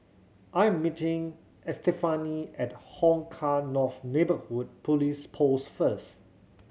I am meeting Estefany at Hong Kah North Neighbourhood Police Post first